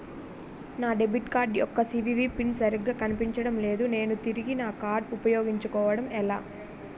నా debit card యెక్క CVV PIN సరిగా కనిపించడం లేదు నేను తిరిగి నా కార్డ్ఉ పయోగించుకోవడం ఎలా?